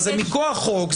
זה מכוח חוק,